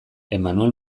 emmanuel